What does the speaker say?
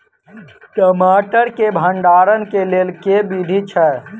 टमाटर केँ भण्डारण केँ लेल केँ विधि छैय?